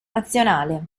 nazionale